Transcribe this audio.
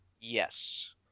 Yes